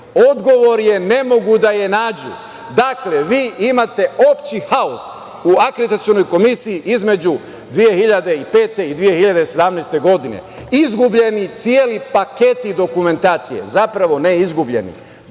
Odgovor je – ne mogu da je nađu. Dakle, vi imate opšti haos u akreditacionoj komisije između 2005. i 2017. godine. Izgubljeni celi paketi dokumentacije, zapravo ne izgubljeni,